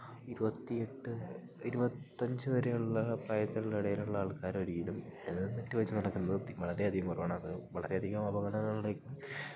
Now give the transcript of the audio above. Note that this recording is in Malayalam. ഇരുപത്തി എട്ട് ഇരുപത്തി അഞ്ച് വരെയുള്ള പ്രായത്തിന്റെ ഇടയിലുള്ള ആൾക്കാർ ഒരിക്കലും ഹെൽമെറ്റ് വെച്ച് നടക്കുന്നത് തി വളരെ അധികം കുറവാണ് അത് വളരെ അധികം അപകടങ്ങളിലേക്കും